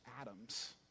atoms